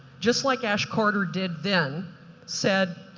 just like ash carter did, then said,